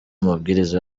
mabwiriza